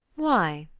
why?